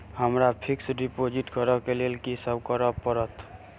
हमरा fix deposit करऽ केँ लेल की सब करऽ पड़त?